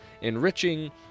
enriching